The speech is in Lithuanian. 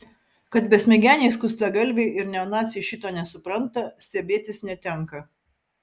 kad besmegeniai skustagalviai ir neonaciai šito nesupranta stebėtis netenka